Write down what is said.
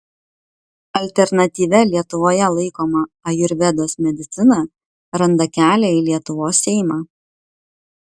alternatyvia lietuvoje laikoma ajurvedos medicina randa kelią į lietuvos seimą